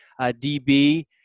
DB